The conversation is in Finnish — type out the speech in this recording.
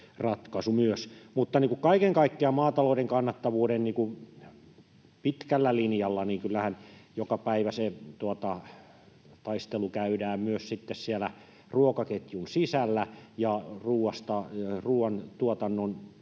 Kaiken kaikkiaan maatalouden kannattavuuden pitkällä linjalla kyllähän joka päivä se taistelu käydään myös siellä ruokaketjun sisällä ja ruoantuotannon